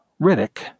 Riddick